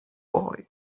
boy